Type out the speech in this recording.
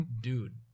dude